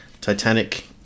Titanic